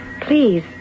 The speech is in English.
please